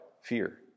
fear